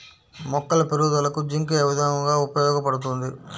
మొక్కల పెరుగుదలకు జింక్ ఏ విధముగా ఉపయోగపడుతుంది?